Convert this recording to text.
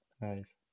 Nice